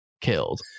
killed